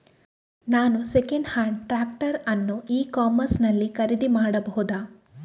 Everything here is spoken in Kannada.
ನಾನು ಸೆಕೆಂಡ್ ಹ್ಯಾಂಡ್ ಟ್ರ್ಯಾಕ್ಟರ್ ಅನ್ನು ಇ ಕಾಮರ್ಸ್ ನಲ್ಲಿ ಖರೀದಿ ಮಾಡಬಹುದಾ?